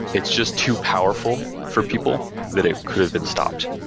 it's just too powerful for people that it could have been stopped.